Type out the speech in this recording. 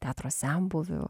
teatro senbuvių